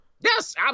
Yes